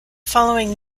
following